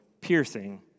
piercing